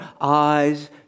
eyes